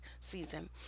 season